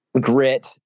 grit